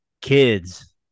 kids